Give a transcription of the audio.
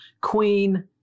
Queen